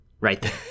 Right